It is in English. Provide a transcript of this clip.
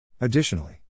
Additionally